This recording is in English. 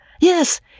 Yes